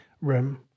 room